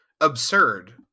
absurd